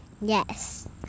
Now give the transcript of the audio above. Yes